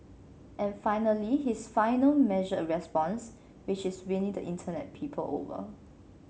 and finally his final measured response which is winning the Internet people over